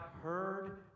heard